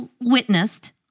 witnessed